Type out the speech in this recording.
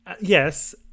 Yes